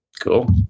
Cool